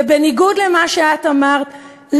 בניגוד למה שאת אמרת,